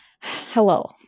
Hello